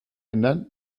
ändern